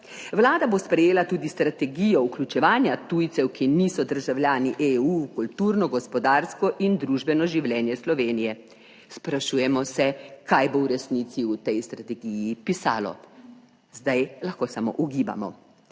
Vlada bo sprejela tudi strategijo vključevanja tujcev, ki niso državljani EU v kulturno, gospodarsko in družbeno življenje Slovenije. Sprašujemo se, kaj bo v resnici v tej strategiji pisalo? Zdaj lahko samo ugibamo.